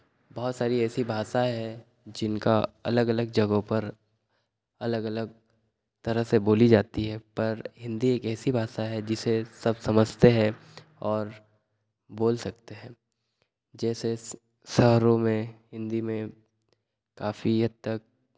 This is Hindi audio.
बहुत सारी ऐसी भाषाएँ हैं जिनका अलग अलग जगहों पर अलग अलग तरह से बोली जाती हैं पर हिन्दी एक ऐसी भाषा है जिसे सब समझते हैं और बोल सकते हैं जेसे शहरों में हिन्दी में काफ़ी हद तक